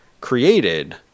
created